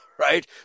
right